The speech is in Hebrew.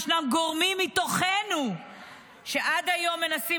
ישנם גורמים מתוכנו שעד היום מנסים